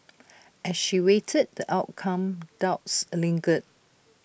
as she awaited the outcome doubts lingered